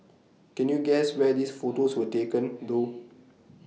can you guess where these photos were taken though